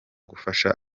gufasha